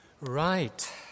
Right